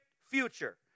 future